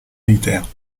militaires